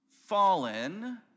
fallen